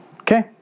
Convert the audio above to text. Okay